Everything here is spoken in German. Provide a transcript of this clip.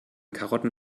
karotten